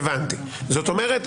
זאת אומרת,